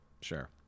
sure